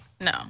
No